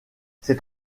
c’est